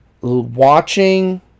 watching